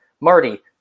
Marty